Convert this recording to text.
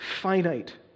finite